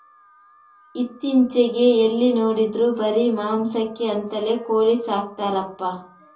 ಇತ್ತೀಚೆಗೆ ಎಲ್ಲಿ ನೋಡಿದ್ರೂ ಬರೀ ಮಾಂಸಕ್ಕೆ ಅಂತಲೇ ಕೋಳಿ ಸಾಕ್ತರಪ್ಪ